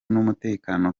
n’umutekano